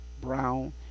Brown